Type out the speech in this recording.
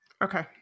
Okay